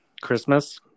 Christmas